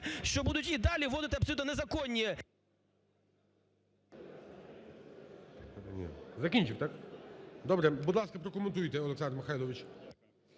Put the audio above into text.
що будуть і далі вводити абсолютно незаконні…